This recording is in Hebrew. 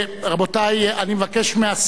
רבותי, אני מבקש מהסיעות: